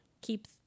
keep